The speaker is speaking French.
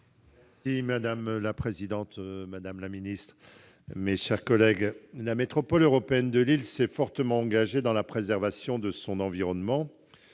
Madame la présidente, madame la ministre, mes chers collègues, la métropole européenne de Lille s'est fortement engagée dans la préservation de son environnement.